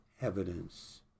evidence